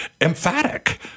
emphatic